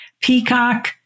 Peacock